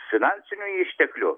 finansinių išteklių